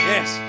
Yes